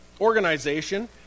organization